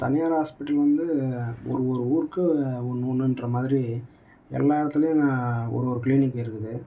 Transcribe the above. தனியார் ஹாஸ்பிட்டல் வந்து ஒரு ஒரு ஊருக்கு ஒன்று ஒன்றுன்ற மாதிரி எல்லா இடத்துலையும் ஒரு ஒரு க்ளீனிக் இருக்குது